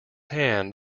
hand